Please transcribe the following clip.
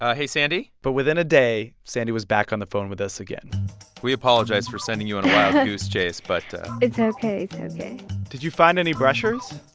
ah hey, sandy? but within a day, sandy was back on the phone with us again we apologize for sending you on a wild goose chase, but. it's ok. it's ok did you find any brushers?